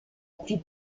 plus